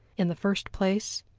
in the first place,